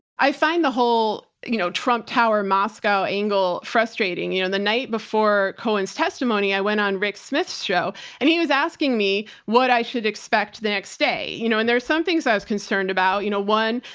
i find the whole, you know, trump tower, moscow angle frustrating. you know, the night before cohen's testimony i went on rick smith's show and he was asking me what i should expect the next day. you know, and there's some things i was concerned about, you know, one,